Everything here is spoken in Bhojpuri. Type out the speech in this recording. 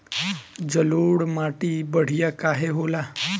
जलोड़ माटी बढ़िया काहे होला?